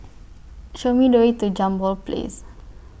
Show Me The Way to Jambol Place